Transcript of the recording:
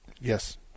Yes